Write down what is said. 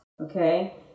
Okay